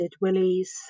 willies